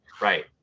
Right